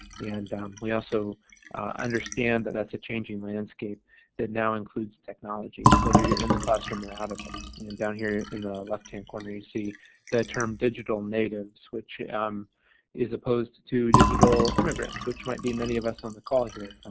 and we also understand that that's a changing landscape that now includes technology whether you're in the classroom are out of it, and down here in the left-hand corner you see the term digital natives which is opposed to digital immigrants which might be many of us on the call here,